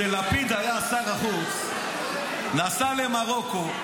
כשלפיד היה שר החוץ הוא נסע למרוקו,